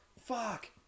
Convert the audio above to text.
Fuck